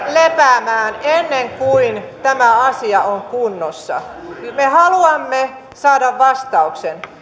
lepäämään ennen kuin tämä asia on kunnossa me haluamme saada vastauksen